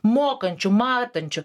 mokančių matančių